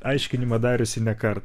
aiškinimą dariusi ne kartą